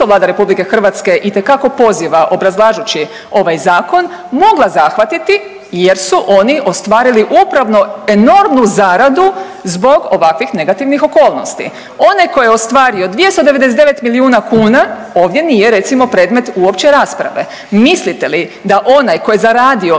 Vlada Republike Hrvatske itekako poziva obrazlažući ovaj Zakon mogla zahvatiti jer su oni ostvarili upravo enormnu zaradu zbog ovakvih negativnih okolnosti. Onaj tko je ostvario 299 milijuna kuna ovdje nije recimo predmet uopće rasprave. Mislite li da onaj tko je zaradio